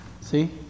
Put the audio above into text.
See